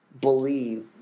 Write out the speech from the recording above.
believe